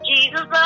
Jesus